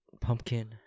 Pumpkin